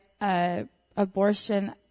abortion